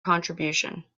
contribution